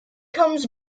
comes